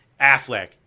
Affleck